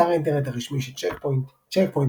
אתר האינטרנט הרשמי של צ'ק פוינט צ'ק פוינט,